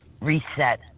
reset